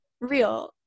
real